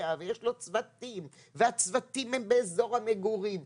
ויש לו צוותים והצוותים הם באזור המגורים,